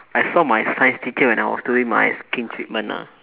I saw my science teacher when I was doing my skin treatment ah